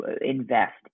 invest